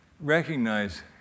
recognize